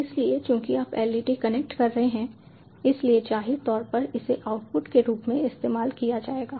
इसलिए चूंकि आप LED कनेक्ट कर रहे हैं इसलिए जाहिर तौर पर इसे आउटपुट के रूप में इस्तेमाल किया जाएगा